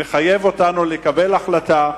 שמחייב אותנו לקבל החלטה,